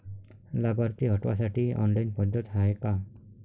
लाभार्थी हटवासाठी ऑनलाईन पद्धत हाय का?